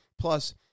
Plus